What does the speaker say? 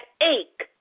ache